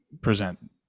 present